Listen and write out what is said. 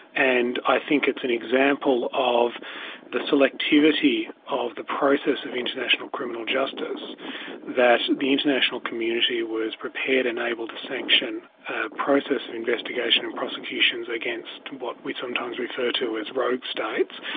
and i think it's an example of the selectivity of the process of international criminal justice that the international community was prepared and able to sanction a process of investigation and prosecutions against what we sometimes refer to as rogue states,